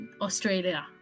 australia